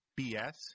BS